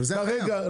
אבל זה הרגע.